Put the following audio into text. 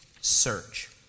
search